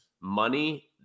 money